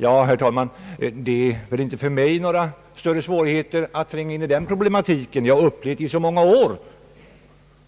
Herr talman, det är väl för mig inte några större svårigheter att tränga in i den problematiken. Jag har upplevt den under så många år